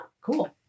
cool